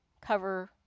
cover